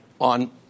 on